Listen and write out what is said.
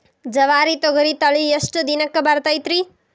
ಜವಾರಿ ತೊಗರಿ ತಳಿ ಎಷ್ಟ ದಿನಕ್ಕ ಬರತೈತ್ರಿ?